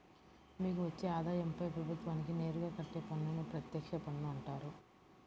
మీకు వచ్చే ఆదాయంపై ప్రభుత్వానికి నేరుగా కట్టే పన్నును ప్రత్యక్ష పన్ను అంటారు